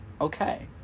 Okay